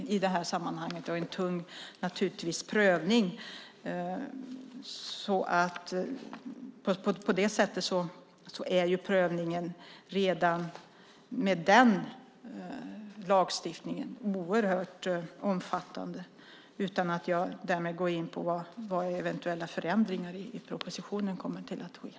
På det sättet är prövningen redan med den lagstiftningen oerhört omfattande, och jag behöver inte gå in på vad eventuella förändringar i propositionen kommer att leda till.